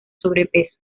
sobrepeso